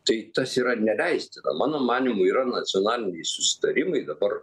tai tas yra neleistina mano manymu yra nacionaliniai susitarimai dabar